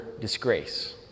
disgrace